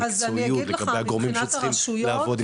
לגבי הגורמים שצריכים לעבוד,